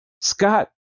Scott